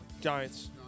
Giants